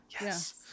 Yes